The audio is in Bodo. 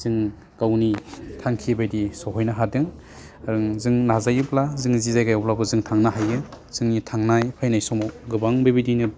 जों गावनि थांखि बायदि सहैनो हादों ओं जों नाजायोब्ला जोंनि जि जायगायावब्लाबो जों थांनो हायो जोंनि थांनाय फैनाय समाव गोबां बेबायदिनो